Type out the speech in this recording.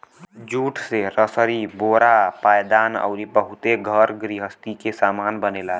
jute से रसरी बोरा पायदान अउरी बहुते घर गृहस्ती के सामान बनेला